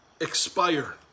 expire